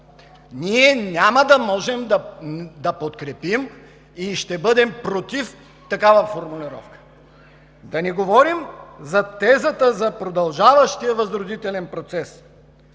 Ние няма да можем да подкрепим и ще бъдем против такава формулировка. Да не говорим за тезата за продължаващия възродителен процес,